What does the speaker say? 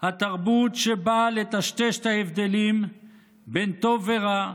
התרבות שבאה לטשטש את ההבדלים בין טוב לרע,